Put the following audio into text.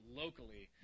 locally